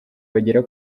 bagera